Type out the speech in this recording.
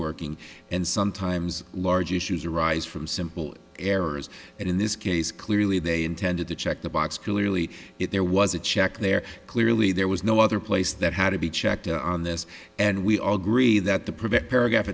working and sometimes large issues arise from simple errors and in this case clearly they intended to check the box clearly if there was a check there clearly there was no other place that had to be checked on this and we all agree that the